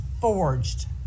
forged